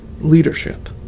leadership